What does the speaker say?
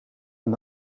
aan